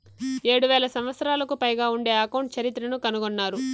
ఏడు వేల సంవత్సరాలకు పైగా ఉండే అకౌంట్ చరిత్రను కనుగొన్నారు